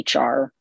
HR